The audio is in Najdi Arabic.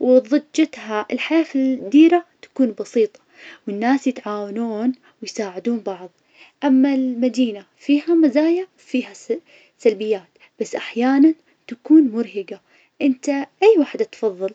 و ضجتها, الحياة في الديرة تكون بسيطة, والناس يتعاون و يساعدون بعض, أما المدينة فيها مزايا وفيها الس- سلبيات, بس أحياناً تكون مرهجة, إنت أي واحدة تفضل؟